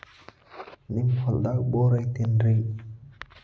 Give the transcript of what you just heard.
ನಿಮ್ಮ ಹೊಲ್ದಾಗ ಬೋರ್ ಐತೇನ್ರಿ?